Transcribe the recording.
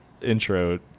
intro